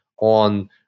on